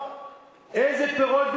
איזה פירות באושים?